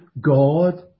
God